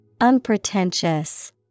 Unpretentious